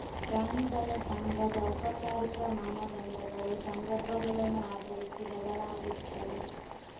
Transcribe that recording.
ಪ್ರಾಣಿ ದಯಾ ಸಂಘದ ಔಪಚಾರಿಕ ಮಾನದಂಡಗಳು ಸಂದರ್ಭಗಳನ್ನು ಆಧರಿಸಿ ಬದಲಾಗುತ್ತವೆ